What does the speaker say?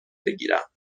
بگیرم